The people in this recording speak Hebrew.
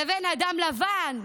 לבין אדם לבן,